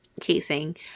casing